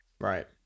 Right